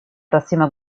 prossima